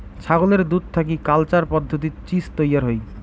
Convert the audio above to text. ছাগলের দুধ থাকি কালচার পদ্ধতিত চীজ তৈয়ার হই